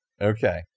Okay